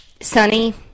sunny